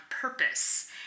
purpose